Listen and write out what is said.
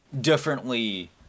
differently